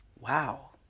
Wow